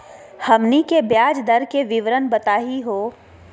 हमनी के ब्याज दर के विवरण बताही हो?